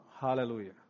Hallelujah